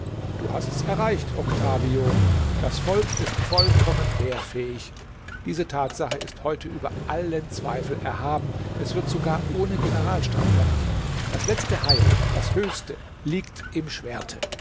du hast's erreicht octavio das volk ist vollkommen wehrfähig diese tatsache ist heute über allem zweifel erhaben es wird sogar ohne generalstab fertig das letzte heil das höchste liegt im schwerte